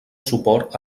suport